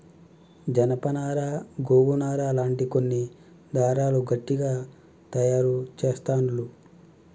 జానప నారా గోగు నారా లాంటి కొన్ని దారాలు గట్టిగ తాయారు చెస్తాండ్లు